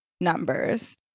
numbers